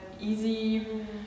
easy